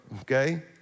Okay